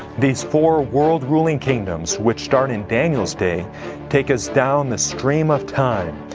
these four world-ruling kingdoms which start in daniel's day take us down the stream of time.